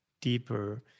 deeper